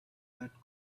that